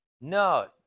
no